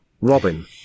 Robin